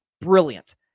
brilliant